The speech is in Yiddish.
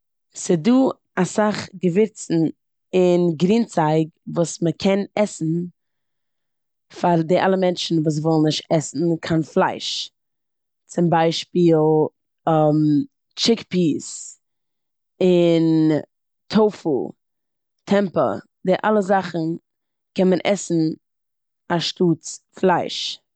ס'דא אסאך געווירצן און גרינצייג וואס מ'קען עסן פאר די אלע מענטש וואס ווילן נישט עסן קיין פלייש. צום ביישפיל טשיק פיס, און טאפו, טעמפא. די אלע זאכן קען מען עסן אנשטאטס פלייש.